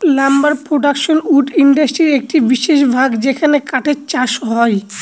lumber production wood ইন্ডাস্ট্রির একটি বিশেষ ভাগ যেখানে কাঠের চাষ হয়